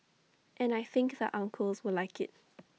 and I think the uncles will like IT